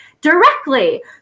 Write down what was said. Directly